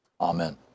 Amen